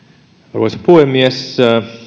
arvoisa puhemies